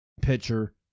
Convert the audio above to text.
pitcher